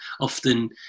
often